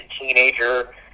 teenager